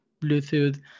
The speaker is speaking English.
Bluetooth